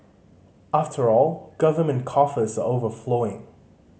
after all government coffers are overflowing